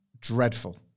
dreadful